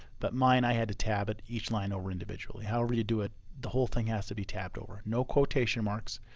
but mine, i had to tab it each line over individually, however you do it, the whole thing has to be tabbed over, no quotation marks.